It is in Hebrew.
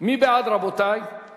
האיחוד הלאומי לסעיף 1